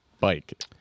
bike